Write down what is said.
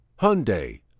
Hyundai